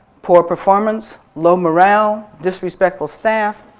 poor performance, low morale, disrespectful staff,